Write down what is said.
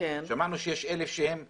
שמענו שיש 1,000 שהם זמינים.